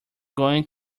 going